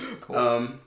Cool